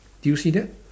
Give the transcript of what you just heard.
do you see that